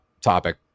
topic